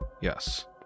yes